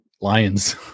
lions